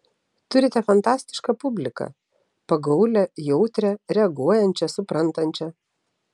turite fantastišką publiką pagaulią jautrią reaguojančią suprantančią